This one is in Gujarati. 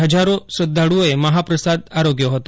હજારો શ્રધ્ધાળુઓએ મહાપ્રસાદ આરોગ્યો હતો